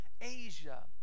Asia